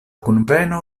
kunveno